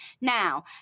Now